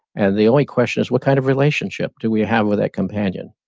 and the only question is, what kind of relationship do we have with that companion?